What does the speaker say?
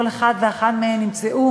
כל אחד ואחת מהם ימצאו